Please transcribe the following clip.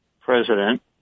president